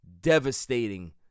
devastating